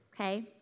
okay